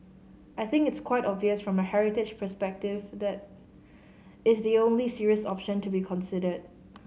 I think it's quite obvious from a heritage perspective that is the only serious option to be considered